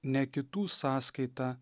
ne kitų sąskaita